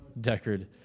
Deckard